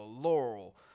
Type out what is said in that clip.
laurel